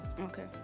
okay